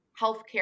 healthcare